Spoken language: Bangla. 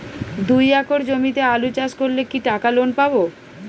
দুই একর জমিতে আলু চাষ করলে কি টাকা লোন পাবো?